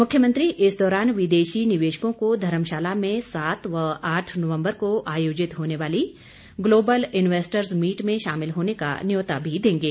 मुख्यमंत्री इस दौरान विदेशी निवेशकों को धर्मशाला में सात व आठ नवंबर को होने वाली गलोबल इन्वेस्टरर्स मीट में शामिल होने का न्यौता भी देंगे